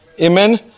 Amen